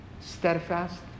steadfast